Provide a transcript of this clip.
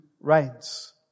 reigns